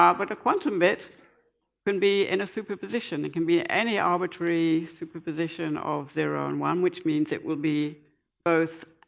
ah but a quantum bit can be in a superposition it can be any arbitrary superposition of zero and one, which means it will be both